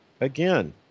Again